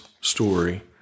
story